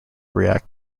react